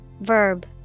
Verb